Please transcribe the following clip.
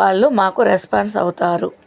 వాళ్ళు మాకు రెస్పాన్స్ అవుతారు